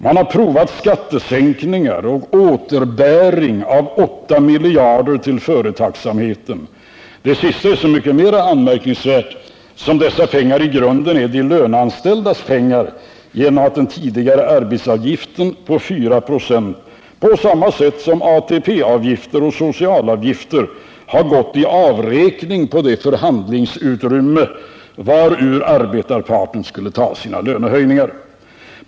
Man har prövat skattesänkningar och återbäring av 8 miljarder till företagsamheten —det sista är så mycket mer anmärkningsvärt som dessa pengar i grunden är de löneanställdas pengar genom att den tidigare arbetsgivaravgiften på 4 96 på samma sätt som ATP-avgifter och socialavgifter har gått i avräkning på det förhandlingsutrymme varur arbetarparten skulle ta sina lönehöjningar.